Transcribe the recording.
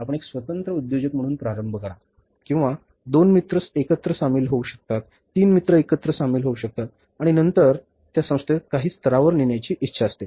आपण एक स्वतंत्र उद्योजक म्हणून प्रारंभ करा किंवा दोन मित्र एकत्र सामील होऊ शकतात तीन मित्र एकत्र सामील होऊ शकतात आणि नंतर त्या संस्थेस काही स्तरावर नेण्याची इच्छा असते